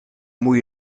moet